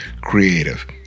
creative